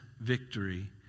victory